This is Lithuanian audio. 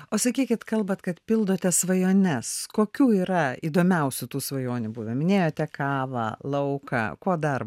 o sakykit kalbat kad pildote svajones kokių yra įdomiausių tų svajonių buvę minėjote kavą lauką ko dar